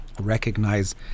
recognize